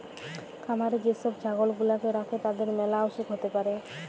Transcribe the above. খামারে যে সব ছাগল গুলাকে রাখে তাদের ম্যালা অসুখ হ্যতে পারে